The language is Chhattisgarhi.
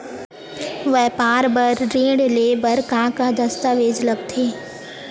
व्यापार बर ऋण ले बर का का दस्तावेज लगथे?